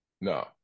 No